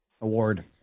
Award